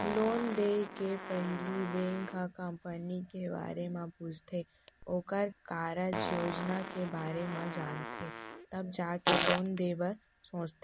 loan देय के पहिली बेंक ह कंपनी के बारे म पूछथे ओखर कारज योजना के बारे म जानथे तब जाके लोन देय बर सोचथे